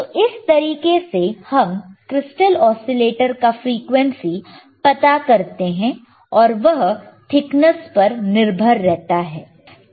तो इस तरीके से हम क्रिस्टल ऑसीलेटर का फ्रीक्वेंसी पता करते हैं और वह थिकनस पर निर्भर रहता है